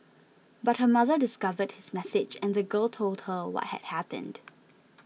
but her mother discovered his message and the girl told her what had happened